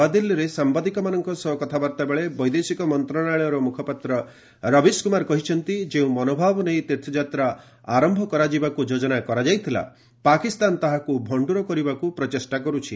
ନୂଆଦିଲ୍ଲୀରେ ସାମ୍ବାଦିକମାନଙ୍କ ସହ କଥାବାର୍ତ୍ତା ବେଳେ ବୈଦେଶିକ ମନ୍ତ୍ରଣାଳୟ ମୁଖପାତ୍ର ରବିଶ କୁମାର କହିଛନ୍ତି ଯେଉଁ ମନୋଭାବ ନେଇ ତୀର୍ଥଯାତ୍ରା ଆରମ୍ଭ କରାଯିବାକୁ ଯୋଜନା କରାଯାଇଥିଲା ପାକିସ୍ତାନ ତାହାକୁ ଭଣ୍ଠୁର କରିବାକୁ ପ୍ରଚେଷ୍ଟା କରୁଛି